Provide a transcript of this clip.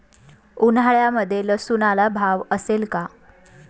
उन्हाळ्यामध्ये लसूणला भाव असेल का?